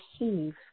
receive